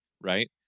right